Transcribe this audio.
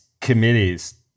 committees